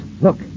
look